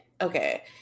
Okay